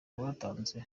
rwatanze